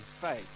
faith